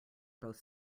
both